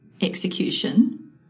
execution